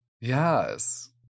Yes